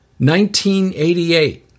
1988